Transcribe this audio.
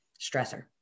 stressor